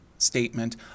statement